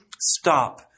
stop